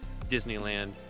Disneyland